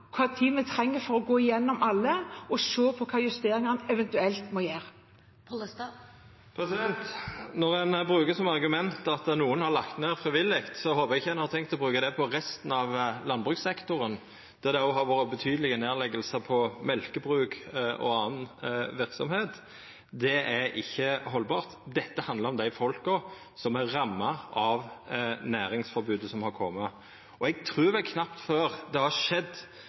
tid vi trenger til å gå igjennom alle og se på hvilke justeringer en eventuelt må gjøre. Når ein bruker som argument at nokon har lagt ned frivillig, håper eg ikkje ein har tenkt å bruka det på resten av landbrukssektoren, der det òg har vore betydelege nedleggingar av mjølkebruk og anna verksemd. Det er ikkje haldbart. Dette handlar om dei som er ramma av næringsforbodet som har kome. Eg trur vel knapt det har skjedd